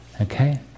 Okay